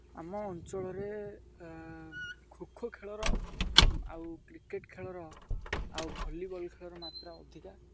ଆମ ଅଞ୍ଚଳରେ ଖୋଖୋ ଖେଳର ଆଉ କ୍ରିକେଟ୍ ଖେଳର ଆଉ ଭଲିବଲ୍ ଖେଳର ମାତ୍ରା ଅଧିକା